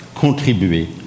contribuer